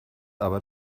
aber